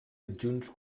adjunts